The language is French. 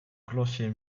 clocher